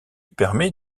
permet